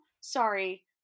sorry